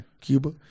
Cuba